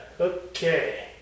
Okay